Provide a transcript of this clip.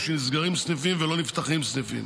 או נסגרים סניפים ולא נפתחים סניפים.